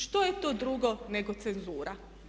Što je to drugo nego cenzura.